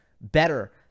better